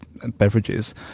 beverages